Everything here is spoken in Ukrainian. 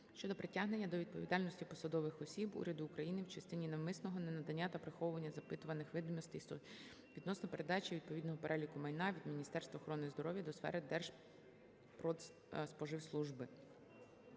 щодо притягнення до відповідальності посадових осіб Уряду України в частині навмисного ненадання та приховування запитуваних відомостей відносно передачі відповідного переліку майна від Міністерства охорони здоров'я України до сфери Держпродспоживслужби.